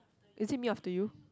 is it Me After You